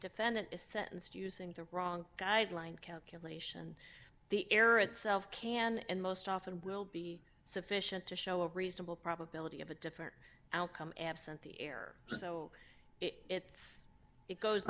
defendant is sentenced using the wrong guideline calculation the error itself can and most often will be sufficient to show a reasonable probability of a different outcome absent the error so it's it goes